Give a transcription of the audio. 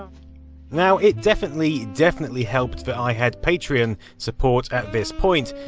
now, it definitely, definitely helped that i had patron support at this point,